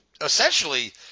essentially –